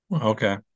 Okay